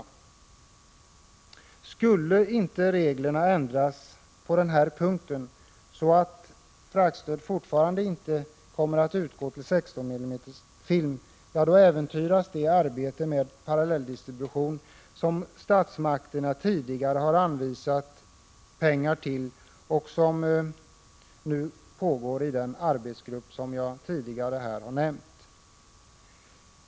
Om reglerna inte ändras på denna punkt, så att fraktstöd i fortsättningen kan utgå till 16 mm film, äventyras det arbete med parallelldistribution som statsmakterna tidigare har anvisat pengar till och som nu pågår i den arbetsgrupp som jag redan har nämnt.